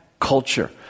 culture